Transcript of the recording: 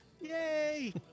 Yay